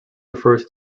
refers